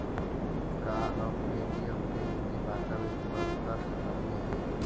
का हम पे.टी.एम के हिन्दी भाषा में इस्तेमाल कर सकलियई हे?